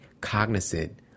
cognizant